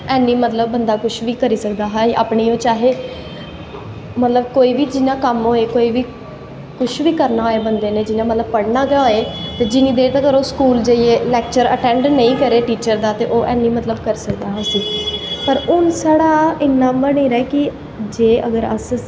ऐनी बंदा मतलव कुश बी करी सकदा हा अपनैं बिच्चें अस मतलव कोई बी जियां कम्म होऐ कोई बी किश बी करनां होऐ बंदे नै जियां मतलव पढ़नां ऐ ते जिन्नी देर तक ओह् स्कूल जाईयै लैक्चर अटैंड नेंई करै टीचर दा ते ओह् हैनी करी सकदा पर हून साढ़ा इन्ना आ कि जे अस